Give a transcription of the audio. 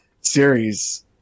series